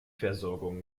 versorgung